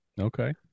Okay